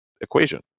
equation